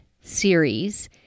series